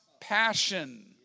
passion